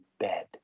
bed